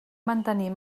mantenir